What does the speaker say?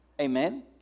Amen